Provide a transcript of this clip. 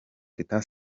teta